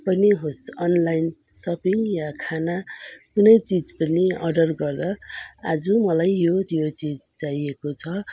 पनि होस् online shopping या खाना कुनै चिज पनि अर्डर गर्दा आज मलाई यो यो चिज चाहिएको छ